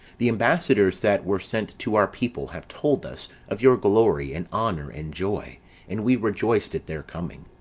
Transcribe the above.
the ambassadors that were sent to our people, have told us of your glory, and honour, and joy and we rejoiced at their coming.